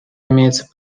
имеется